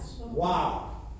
Wow